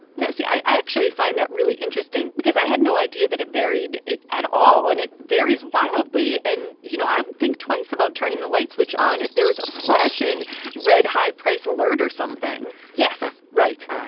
no. see, i actually find that really interesting because i had no idea that it varied at all and it varies wildly. and you know i would think twice about turning the light switch on if there was a flashing red high price alert or something yes. right.